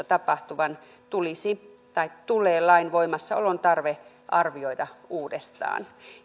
tapahtuvan tulee lain voimassaolon tarve arvioida uudestaan